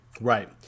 Right